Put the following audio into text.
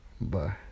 Bye